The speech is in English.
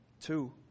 two